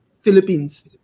Philippines